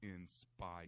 INSPIRE